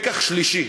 לקח שלישי,